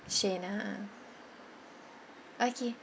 shena okay